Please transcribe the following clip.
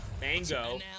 Mango